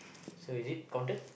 so is it counted